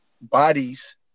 bodies